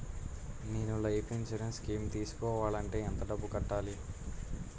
నేను life insurance scheme తీసుకోవాలంటే ఎంత డబ్బు కట్టాలి?